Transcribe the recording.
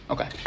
Okay